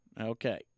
Okay